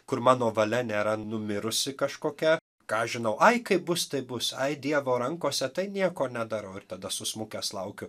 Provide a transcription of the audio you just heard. kur mano valia nėra numirusi kažkokia ką žinau ai kaip bus taip bus ai dievo rankose tai nieko nedarau ir tada susmukęs laukiu